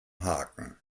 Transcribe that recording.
haken